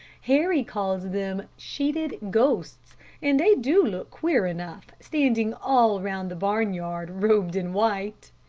harry calls them sheeted ghosts and they do look queer enough standing all round the barnyard robed in white.